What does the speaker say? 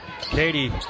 Katie